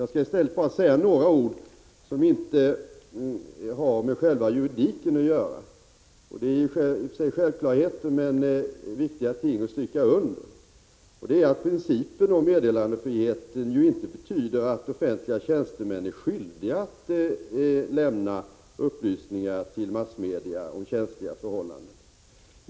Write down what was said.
Jag skall i stället bara säga några ord om en sak som inte har med själva juridiken att göra. I och för sig rör det sig om en självklarhet. Men det gäller sådana ting som det är viktigt att stryka under. Principen om meddelarfriheten betyder nämligen att offentliga tjänstemän inte är skyldiga att lämna upplysningar om känsliga förhållanden till massmedia.